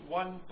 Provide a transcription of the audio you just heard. one